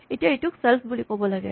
এতিয়া এইটোক ছেল্ফ বুলি ক'ব লাগে